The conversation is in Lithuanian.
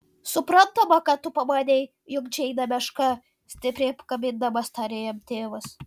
suprantama kad tu pamanei jog džeinė meška stipriai apkabindamas tarė jam tėvas